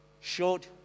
showed